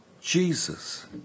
Jesus